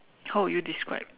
how would you describe